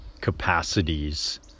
capacities